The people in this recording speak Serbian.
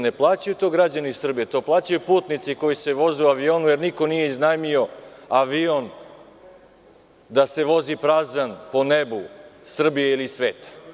Ne plaćaju to građani Srbije, to plaćaju putnici koji se voze u avionu, jer niko nije iznajmio avion da se vozi prazan po nebu Srbije ili sveta.